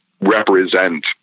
represent